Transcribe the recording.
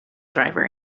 driver